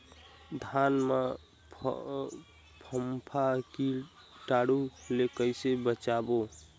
धान मां फम्फा कीटाणु ले कइसे बचाबो?